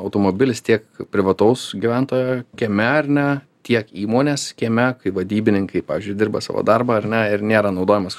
automobilis tiek privataus gyventojo kieme ar ne tiek įmonės kieme kai vadybininkai pavyzdžiui dirba savo darbą ar ne ir nėra naudojamas